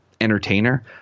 entertainer